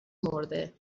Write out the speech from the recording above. مرده